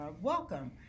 Welcome